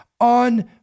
on